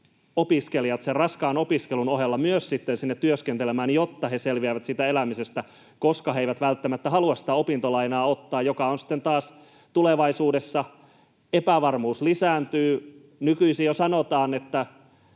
opiskelijat sen raskaan opiskelun ohella myös sinne työskentelemään, jotta he selviävät siitä elämisestä, koska he eivät välttämättä halua ottaa sitä opintolainaa, joka on taas tulevaisuudessa... Epävarmuus lisääntyy. Nykyisin jo sanotaan, että